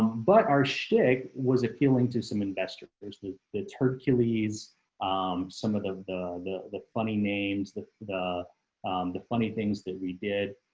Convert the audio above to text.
but our shtick was appealing to some investors, the the turkeys. some of the, the the funny names. the the the funny things that we did.